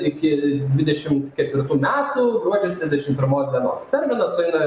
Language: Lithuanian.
iki dvidešimt ketvirtų metų metų gruodžio trisdešimt pirmos dienos terminas sueina